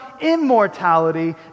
immortality